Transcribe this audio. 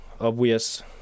obvious